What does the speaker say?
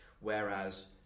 whereas